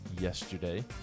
yesterday